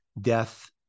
death